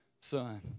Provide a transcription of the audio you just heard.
son